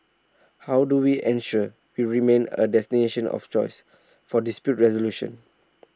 how do we ensure we remain A destination of choice for dispute resolution